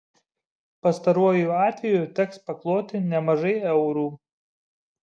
pastaruoju atveju teks pakloti nemažai eurų